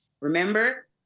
Remember